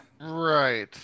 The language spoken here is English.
Right